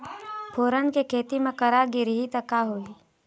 फोरन के खेती म करा गिरही त का होही?